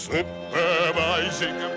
Supervising